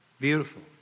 Beautiful